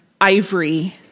ivory